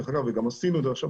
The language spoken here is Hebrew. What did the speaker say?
ודרך אגב גם עשינו את זה עכשיו,